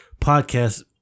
podcast